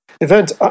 event